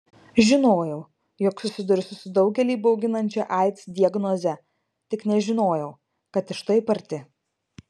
žinojau jog susidursiu su daugelį bauginančia aids diagnoze tik nežinojau kad iš taip arti